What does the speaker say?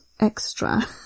extra